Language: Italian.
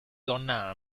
donna